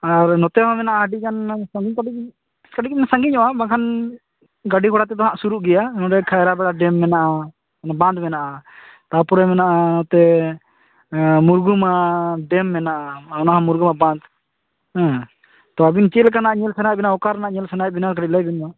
ᱟᱨ ᱱᱚᱛᱮᱦᱚᱸ ᱢᱮᱱᱟᱜᱼᱟ ᱟᱹᱰᱤᱜᱟᱱ ᱠᱟᱹᱴᱤᱡ ᱪᱩᱞᱩᱝ ᱥᱟᱹᱜᱤᱧᱚᱜᱼᱟ ᱵᱟᱝᱠᱷᱟᱱ ᱜᱟᱹᱰᱤ ᱜᱷᱚᱲᱟ ᱛᱮᱫᱚ ᱦᱟᱜ ᱥᱩᱨᱩᱜ ᱜᱮᱭᱟ ᱱᱚᱰᱮ ᱠᱦᱟᱭᱨᱟ ᱯᱟᱲᱟ ᱰᱮᱹᱢ ᱢᱮᱱᱟᱜᱼᱟ ᱵᱟᱸᱫ ᱢᱮᱱᱟᱜᱼᱟ ᱛᱟᱯᱚᱨᱮ ᱢᱮᱱᱟᱜᱼᱟ ᱱᱚᱛᱮ ᱢᱩᱨᱜᱩᱢᱟ ᱰᱮᱹᱢ ᱢᱮᱱᱟᱼᱟ ᱚᱱᱟᱦᱚᱸ ᱢᱩᱨᱜᱩᱢᱟ ᱵᱟᱸᱫ ᱛᱳ ᱟᱹᱵᱤᱱ ᱪᱮᱫ ᱞᱮᱠᱟᱱᱟᱜ ᱧᱮᱞ ᱥᱟᱱᱟᱭᱮᱫ ᱵᱮᱱᱟ ᱚᱠᱟ ᱨᱮᱱᱟᱜ ᱧᱮᱞ ᱥᱟᱱᱟᱭᱮᱫ ᱵᱮᱱᱟ ᱠᱟᱹᱴᱤᱡ ᱞᱟᱹᱭ ᱵᱮᱱ ᱢᱟ